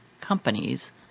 companies